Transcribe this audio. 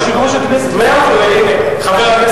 הדובר,